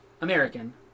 American